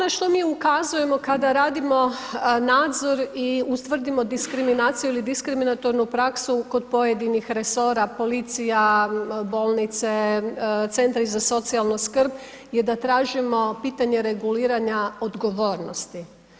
Ono na što mi ukazujemo kada radimo nadzor i ustvrdimo diskriminaciju ili diskriminatornu praksu kod pojedinih resora policija, bolnice, centri za socijalnu skrb, je da tražimo pitanje reguliranja odgovornosti.